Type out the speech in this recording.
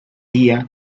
día